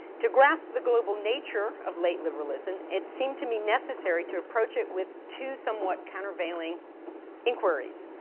to grasp the global nature of late liberalism, it seemed to me necessary to approach it with two somewhat countervailing inquiries.